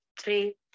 three